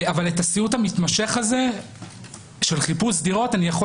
אבל את הסיוט המתמשך הזה של חיפוש דירות אני יכול